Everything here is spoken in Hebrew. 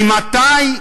מפלסטינים.